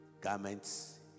Garments